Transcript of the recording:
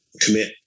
commit